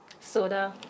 Soda